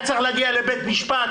היה צריך להגיע לבית משפט,